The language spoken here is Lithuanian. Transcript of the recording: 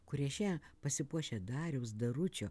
kurie šią pasipuošę dariaus daručio